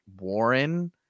Warren